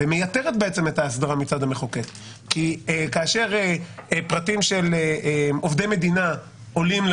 ומייתרת בעצם את ההסדרה מצד המחוקק כי כאשר פרטים של עובדי מדינה או של